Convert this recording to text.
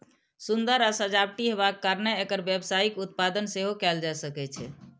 सुंदर आ सजावटी हेबाक कारणें एकर व्यावसायिक उत्पादन सेहो कैल जा सकै छै